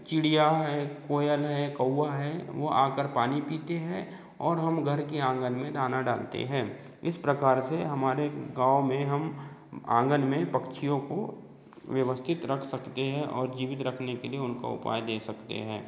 चिड़िया है कोयल है कौआ है वह आकर पानी पीते हैं और हम घर कि आँगन में दाना डालते हैं इस प्रकार से हमारे गाँव में हम आँगन में पक्षियों को व्यवस्थित रख सकते हैं और जीवित रखने के लिए उनका उपाय दे सकते हैं